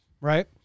Right